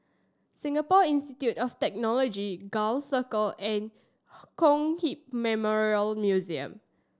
Singapore Institute of Technology Gul Circle and Kong Hiap Memorial Museum